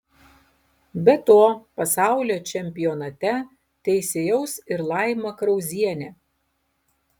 be to pasaulio čempionate teisėjaus ir laima krauzienė